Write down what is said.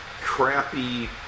crappy